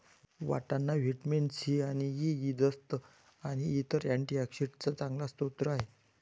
वाटाणा vitamin C आणि E, जस्त आणि इतर अँटीऑक्सिडेंट्सचा चांगला स्रोत आहे